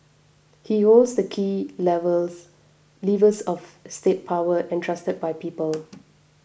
he holds the key levels levers of state power entrusted by people